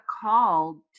called